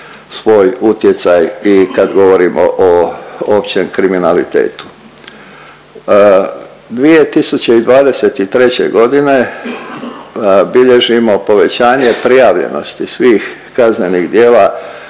svoj utjecaj i kad govorimo o općem kriminalitetu. 2023. godine bilježimo povećanje prijavljenosti svih kaznenih djela